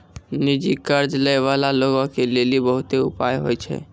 निजी कर्ज लै बाला लोगो के लेली बहुते उपाय होय छै